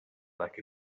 like